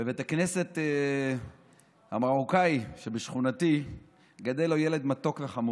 בבית הכנסת המרוקאי שבשכונתי גדל לו ילד מתוק וחמוד,